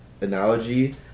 analogy